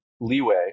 leeway